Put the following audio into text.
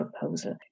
proposal